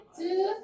two